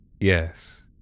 Yes